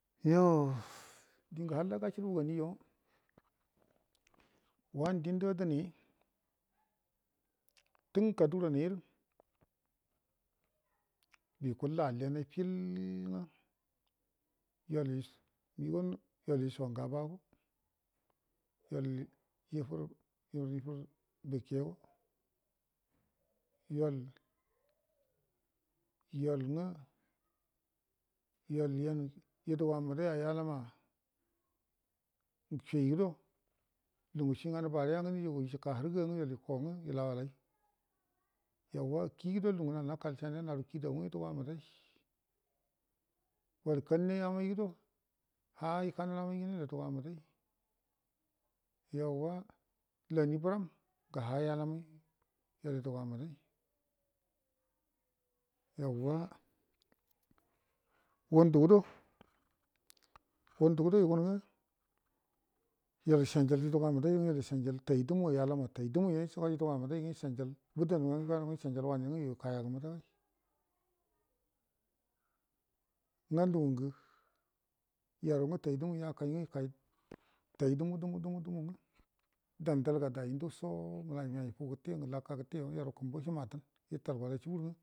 Yoh dingə halla gashubu ganijo wanə dində dine tun kaduguzanaira yukullə alliyanai fill nga yol yush-unigo yol yusho ngabago yol ifərə-yolifərə bike yol-yol nga yol yan guduga mbədai ai alama chi gudo lugu chiu nganə bareya nga nujugu ishika həroga nga yol iko nga ilauwalai yauwa ki do langə nal nakal shaniya du naru ki daba nga yudufa mbəda wal kalui amai gudo ha ikanal mai gude yal yuduga mbədai yauwa lani bəram ngə ha hayal an anai yol yuduga mbədai yauwa ngundu gudo ngundu gudo yugan nga yol in shanjal yuduga mbədai ngayal ishanjal ta dumu alama tai dumu nga yuduga mbədai nga yal ishanjal bədənyo yuduga mbədai nga ishanjal yaru ikai agəmbədai nga lungə yaru nga tai dumuye yakai ga ikai tai dumu-dumu-dumu nga dandal ga dai ndusoo ngənai fu gəte laka gəteyo yaru kumbu hima dan italgu wadai shugurgo.